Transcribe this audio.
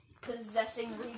possessing